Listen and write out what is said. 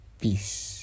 Peace